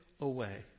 away